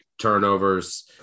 turnovers